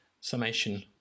summation